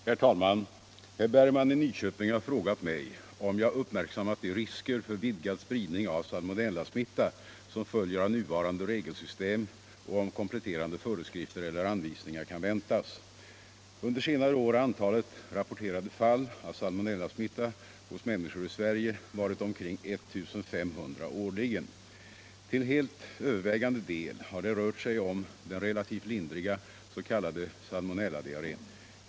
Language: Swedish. Herr talman! Herr Bergman i Nyköping har frågat mig om jag uppmärksammat de risker för vidgad spridning av salmonellasmitta som följer av nuvarande regelsystem och om kompletterande föreskrifter eller anvisningar kan väntas. Under senare år har antalet rapporterade fall av salmonellasmitta hos människor i Sverige varit omkring 1 500 årligen. Till helt övervägande del har det rört sig om den relativt lindriga s.k. salmonelladiarrén.